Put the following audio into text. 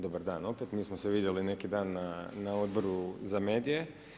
Dobar dan opet, mi smo se vidjeli neki dan na Odboru za medije.